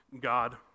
God